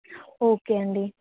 okay అండి